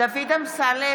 דוד אמסלם,